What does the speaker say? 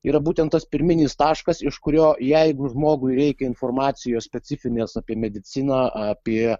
yra būtent tas pirminis taškas iš kurio jeigu žmogui reikia informacijos specifinės apie mediciną apie